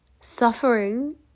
suffering